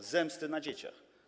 Z zemsty na dzieciach.